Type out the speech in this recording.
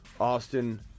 Austin